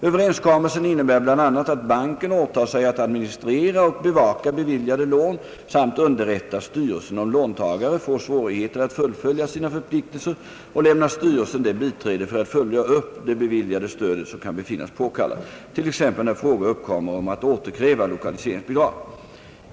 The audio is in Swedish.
Överenskommelsen innebär bl.a. att banken åtar sig att administrera och bevaka beviljade lån samt underrätta styrelsen om låntagare får svårigheter att fullfölja sina förpliktelser och lämna styrelsen det biträde för att följa upp det beviljade stödet som kan befinnas påkallat, t.ex. när fråga uppkommer om att återkräva lokaliseringsbidrag.